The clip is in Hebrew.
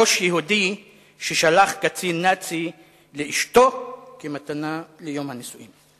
ראש יהודי ששלח קצין נאצי לאשתו כמתנה ליום הנישואים.